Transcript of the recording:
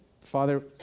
Father